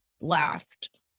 laughed